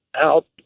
out